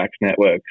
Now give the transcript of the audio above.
networks